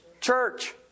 church